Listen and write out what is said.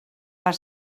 per